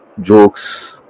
jokes